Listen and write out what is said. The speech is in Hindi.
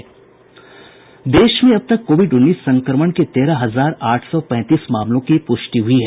इधर देश में अब तक कोविड उन्नीस संक्रमण के तेरह हजार आठ सौ पैंतीस मामलों की पुष्टि हुई है